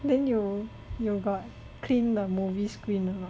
then you you got clean the movie screen or not